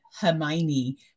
Hermione